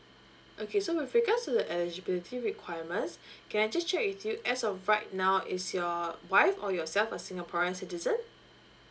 okay so with regards to the eligibility requirements can I just check with you as of right now is your wife or yourself a singaporean citizen